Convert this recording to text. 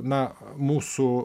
na mūsų